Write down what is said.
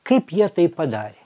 kaip jie tai padarė